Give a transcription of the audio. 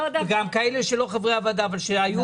וגם עם כאלה שהם לא חברי הוועדה אבל היו